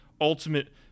ultimate